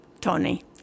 Tony